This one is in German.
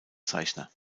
zeichner